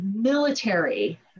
military